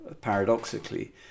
paradoxically